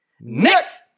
Next